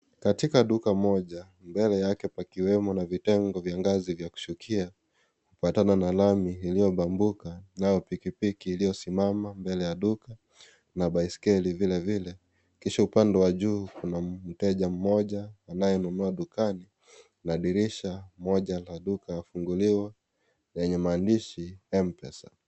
Katika duka moja mbele yake pakiwemo na vitengo vya ngazi vya kushukia; kupatana na lami iliyobambuka, nayo pikipiki iliyo simama mbele ya duka na baiskeli vilevile. Kisha upande wa juu kuna mteja mmoja anayenunua dukani. Na dirisha moja la duka limefunguliwa lenye maandishi M-Pesa.